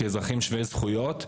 כשאזרחים שווי זכויות,